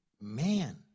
man